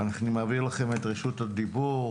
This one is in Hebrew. נעביר אליכם את רשות הדיבור.